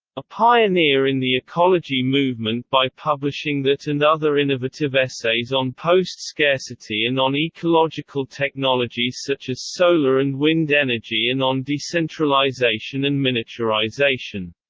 a pioneer in the ecology movement by publishing that and other innovative essays on post-scarcity and on ecological technologies such as solar and wind energy and on decentralization and miniaturization.